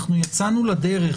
יצאנו לדרך.